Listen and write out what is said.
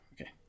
Okay